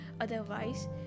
otherwise